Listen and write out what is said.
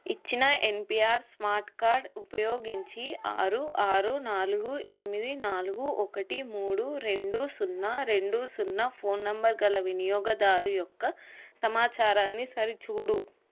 ఇచ్చిన NPR smart card ఉపయోగించి ఆరు ఆరు నాలుగు ఎనిమిది నాలుగు ఒకటి మూడు రెండు సున్నా రెండు సున్నా ఫోన్ నంబరు గల వినియోగదారు యొక్క సమాచారాన్ని సరిచూడు